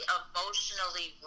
emotionally